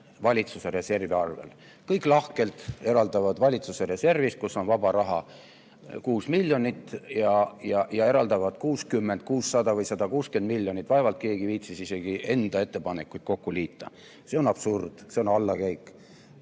valitsuse reservi arvel. Kõik lahkelt eraldavad valitsuse reservist, kus on vaba raha 6 miljonit, ja eraldavad 60, 600 või 160 miljonit. Vaevalt keegi viitsis isegi enda ettepanekuid kokku liita. See on absurd, see on